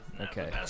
Okay